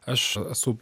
aš esu